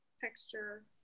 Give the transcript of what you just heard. texture